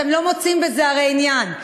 אתם לא מוצאים בזה הרי עניין.